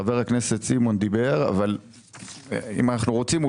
חבר הכנסת סימון דיבר אבל אם אנחנו רוצים,